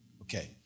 Okay